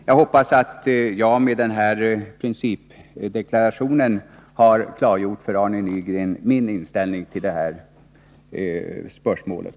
Jag hoppas att jag med den här principdeklarationen har klargjort för Arne Nygren min inställning till det här spörsmålet.